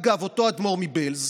אגב, מסתבר שאותו אדמו"ר מבעלז,